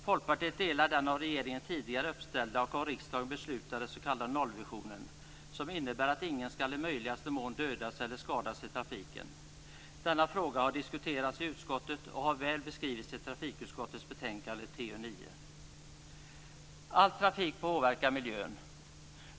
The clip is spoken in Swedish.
Folkpartiet delar den av regeringen tidigare uppställda och av riksdagen beslutade s.k. nollvisionen, som innebär att ingen skall i möjligaste mån dödas eller skadas i trafiken. Denna fråga har diskuterats i utskottet och har väl beskrivits i trafikutskottets betänkande TU9. All trafik påverkar miljön.